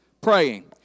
praying